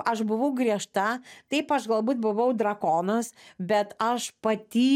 aš buvau griežta taip aš galbūt buvau drakonas bet aš pati